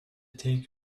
take